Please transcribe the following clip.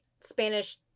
Spanish